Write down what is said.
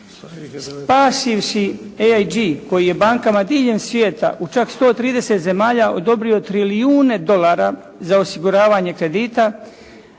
Spasivši "AIG" koji je bankama diljem svijeta u čak 130 zemalja odobrio trilijune dolara za osiguravanje kredita.